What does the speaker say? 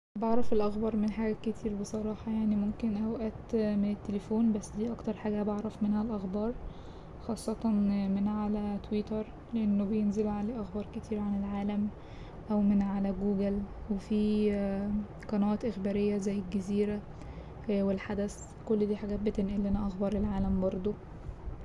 بعرف الأخبار من حاجات كتير بصراحة يعني ممكن اوقات من التليفون بس دي اكتر حاجة بعرف منها الأخبار خاصة من على تويترلأنه بينزل عليه أخبار كتير عن العالم أو من على جوجل وفيه قنوات إخبارية زي الجزيرة والحدث كل دي حاجات بتنقل لنا أخبار العالم برضه.